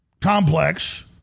complex